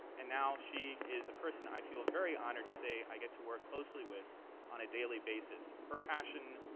and now she is a person i feel very honored to say i get to work closely with on a daily basis. her passion,